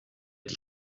die